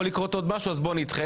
יכול לקרות עוד משהו אז בוא נדחה.